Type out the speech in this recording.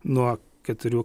nuo keturių